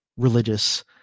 Religious